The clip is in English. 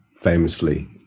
famously